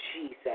Jesus